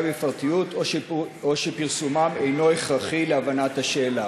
בפרטיות או שפרסומם אינו הכרחי להבנת השאלה,